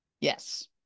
Yes